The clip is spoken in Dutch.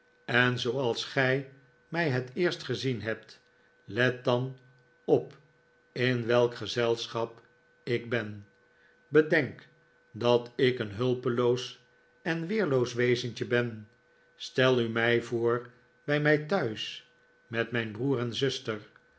en zooals gij mij het eerst gezien hebt let dan op in welk gezelschap ik ben bedenk dat ik een hulpeloos en weerloos wezentje ben stel u mij voor bij mij thuis met mijn broer en zuster